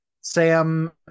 Sam